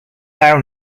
now